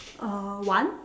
uh one